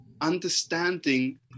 understanding